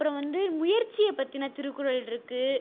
அப்புறம் வந்து முயற்சியைப் பற்றின திருக்குறள் இருக்குது